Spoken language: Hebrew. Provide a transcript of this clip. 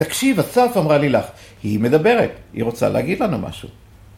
תקשיב, אסף אמרה לילך, היא מדברת, היא רוצה להגיד לנו משהו